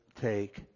take